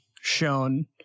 shown